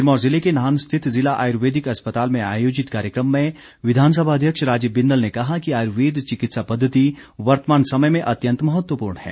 सिरमौर जिले के नाहन स्थित जिला आयुर्वेदिक अस्पताल में आयोजित कार्यक्रम में विधानसभा अध्यक्ष राजीव बिंदल ने कहा कि आयुर्वेद चिकित्सा पद्वति वर्तमान समय में अत्यंत महत्वपूर्ण है